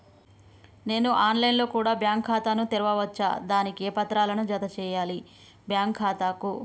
నేను online లో కూడా బ్యాంకు ఖాతా ను తెరవ వచ్చా? దానికి ఏ పత్రాలను జత చేయాలి బ్యాంకు ఖాతాకు?